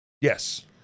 Yes